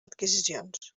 adquisicions